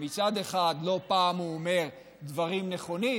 שמצד אחד הוא לא פעם אומר דברים נכונים,